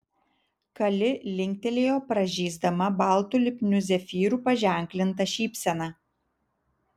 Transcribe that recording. kali linktelėjo pražysdama baltu lipniu zefyru paženklinta šypsena